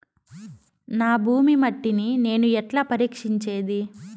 నా భూమి మట్టిని నేను ఎట్లా పరీక్షించేది?